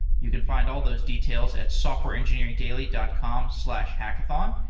you can find all those details at softwareengineeringdaily dot com slash hackathon.